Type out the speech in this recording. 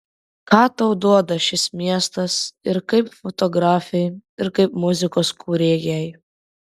ką tau duoda šis miestas ir kaip fotografei ir kaip muzikos kūrėjai